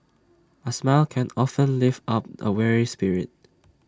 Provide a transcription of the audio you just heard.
A smile can often lift up A weary spirit